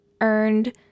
earned